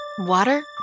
Water